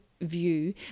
view